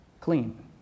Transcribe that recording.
clean